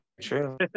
true